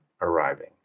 arriving